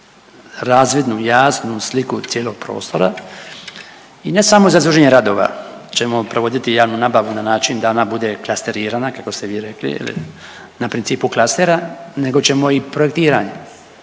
razvidnu jasnu sliku cijelog prostora i ne samo za izvršenje radova ćemo provoditi javnu nabavu na način da ona bude klasterirana, kako ste vi rekli, na principu klastera, nego ćemo i projektiranje.